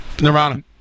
Nirvana